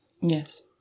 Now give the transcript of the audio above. Yes